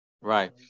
Right